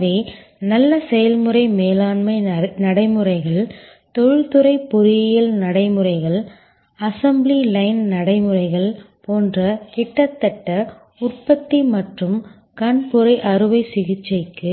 எனவே நல்ல செயல்முறை மேலாண்மை நடைமுறைகள் தொழில்துறை பொறியியல் நடைமுறைகள் அசெம்பிளி லைன் நடைமுறைகள் போன்ற கிட்டத்தட்ட உற்பத்தி மற்றும் கண்புரை அறுவை சிகிச்சைக்கு